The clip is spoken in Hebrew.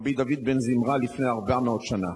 רבי דוד בן זמרא, לפני 400 שנה: